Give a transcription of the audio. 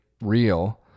real